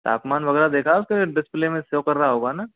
तापमान वगैरह देखा उसका डिस्प्ले में शो कर रहा होगा ना